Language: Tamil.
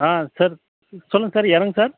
ஆ சார் சொல்லுங்கள் சார் யாருங்கள் சார்